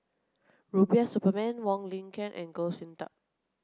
Rubiah Suparman Wong Lin Ken and Goh Sin Tub